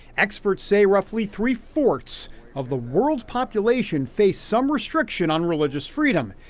experts say roughly three-fourths of the worlds population faces some restriction on religious freedom.